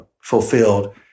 fulfilled